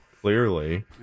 Clearly